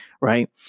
Right